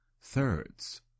thirds